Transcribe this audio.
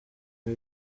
ibi